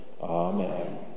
Amen